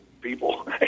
people